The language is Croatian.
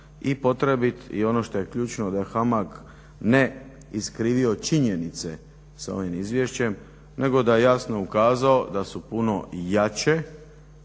i potrebit i ono što je ključno da HAMAG ne iskrivio činjenice sa ovim izvješćem nego da je jasno ukazao da su puno jače